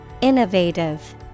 Innovative